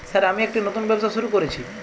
Sir আমি একটি নতুন ব্যবসা শুরু করেছি?